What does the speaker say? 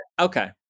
Okay